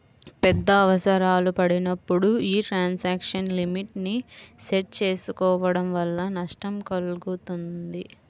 పెద్ద అవసరాలు పడినప్పుడు యీ ట్రాన్సాక్షన్ లిమిట్ ని సెట్ చేసుకోడం వల్ల నష్టం కల్గుతుంది